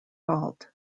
fault